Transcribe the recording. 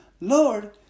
Lord